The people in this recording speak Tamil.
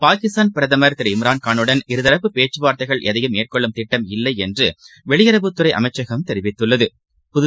பாகிஸ்தான் பிரதமர் திரு இம்ரான்கானுடன் இருதரப்பு பேச்கவார்த்தைகள் எதையும் மேற்கொள்ளும் திட்டம் இல்லைஎன்றுவெளியுறவுத்துறைஅமைச்சகம் தெரிவித்துள்ளது